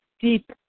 deep